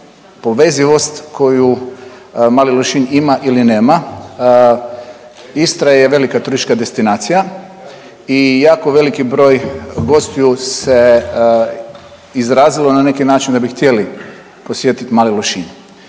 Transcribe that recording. povezivost koju Mali Lošinj ima ili nema, Istra je velika turistička destinacija i jako veliki broj gostiju se izrazilo na neki način da bi htjeli posjetit Mali Lošinj.